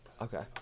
Okay